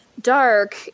dark